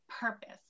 purpose